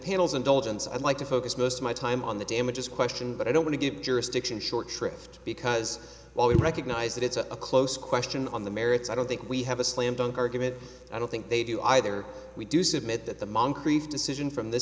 panel's indulgence i'd like to focus most of my time on the damages question but i don't want to give jurisdiction short shrift because while we recognize that it's a close question on the merits i don't think we have a slam dunk argument i don't think they do either we do submit that the moncrief decision from the